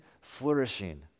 flourishing